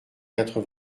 quatre